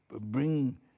bring